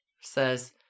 says